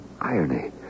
irony